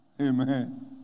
Amen